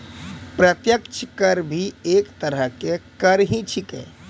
प्रत्यक्ष कर भी एक तरह के कर ही छेकै